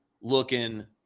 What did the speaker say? looking